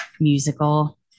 musical